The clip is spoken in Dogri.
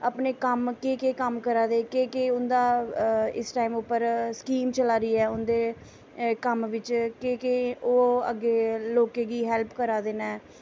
अपने कम्म केह् केह् कम्म करा दे केह् केह् उं'दा इस टाईम उप्पर स्कीम चला दी ऐ उं'दे कम्म बिच्च केह् केह् ओह् लोकें गी हैल्प करा दे नै